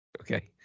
okay